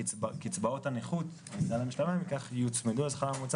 קצבאות הנכות על כל המשתמע מכך יוצמדו לשכר הממוצע